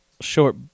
short